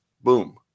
Boom